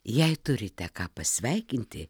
jei turite ką pasveikinti